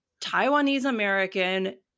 Taiwanese-American